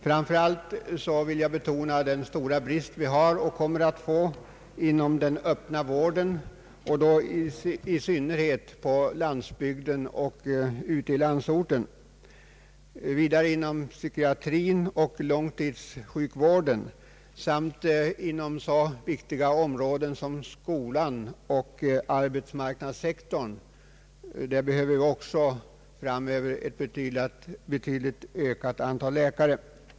Framför allt vill jag betona den stora brist vi har och kommer att få inom den öppna vården, särskilt på landsbygden, inom psykiatrin och inom långtidsvården. Inom så viktiga områden som skolhälsovården och arbetsmarknadssektorn behövs också framöver ett betydligt ökat antal läkare.